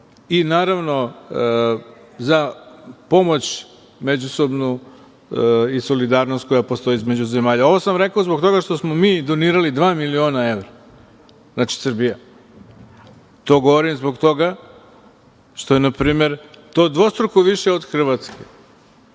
i naravno za pomoć međusobnu i solidarnost koja postoji između zemalja. Ovo sam rekao zbog toga što smo mi donirali dva miliona evra, znači Srbija. To govorim zbog toga što je to dvostruko više od Hrvatske